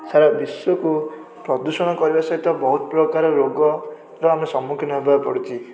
ସାରା ବିଶ୍ୱକୁ ପ୍ରଦୂଷଣ କରିବା ସହିତ ବହୁତ ପ୍ରକାର ରୋଗର ଆମେ ସମ୍ମୁଖୀନ ହେବାକୁ ପଡ଼ୁଛି